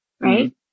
right